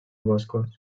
boscos